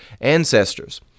ancestors